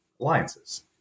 alliances